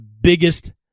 biggest